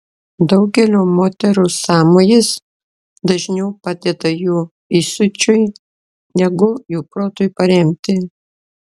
daugelio moterų sąmojis dažniau padeda jų įsiūčiui negu jų protui paremti